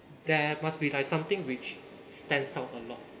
there must be like something which stands out a lot